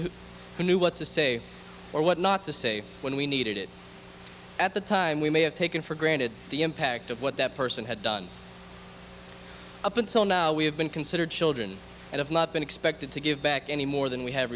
who knew what to say or what not to say when we needed it at the time we may have taken for granted the impact of what that person had done up until now we have been considered children and have not been expected to give back any more than we have